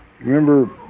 remember